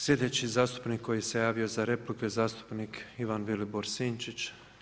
Sljedeći zastupnik koji se javio za repliku je zastupnik Ivan Vilibor Sinčić.